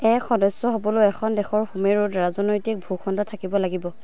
এক সদস্য হ'বলৈ এখন দেশৰ সুমেৰুত ৰাজনৈতিক ভুখণ্ড থাকিব লাগিব